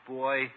boy